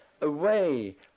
away